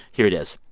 here it is.